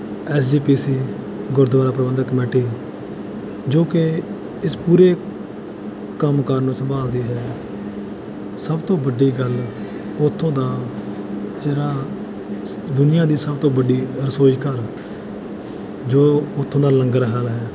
S G P C Gurdwara Prabandhak Committee ਜੋ ਕਿ ਇਸ ਪੂਰੇ ਕੰਮ ਕਾਰ ਨੂੰ ਸੰਭਾਲਦੀ ਹੈ ਸਭ ਤੋਂ ਵੱਡੀ ਗੱਲ ਉੱਥੋਂ ਦਾ ਜਿਹੜਾ ਦੁੁਨੀਆਂ ਦੀ ਸਭ ਤੋਂ ਵੱਡੀ ਰਸੋਈ ਘਰ ਜੋ ਉੱਥੋਂ ਦਾ ਲੰਗਰ ਹਾਲ ਹੈ